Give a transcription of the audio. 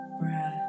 breath